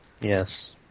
Yes